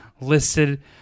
listed